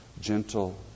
gentle